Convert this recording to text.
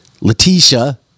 Letitia